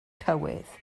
cywydd